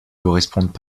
correspondent